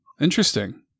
interesting